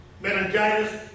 Meningitis